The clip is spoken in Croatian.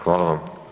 Hvala vam.